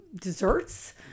desserts